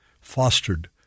fostered